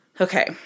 Okay